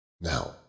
Now